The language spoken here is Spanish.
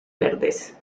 verdes